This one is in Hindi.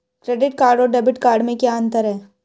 क्रेडिट कार्ड और डेबिट कार्ड में क्या अंतर है?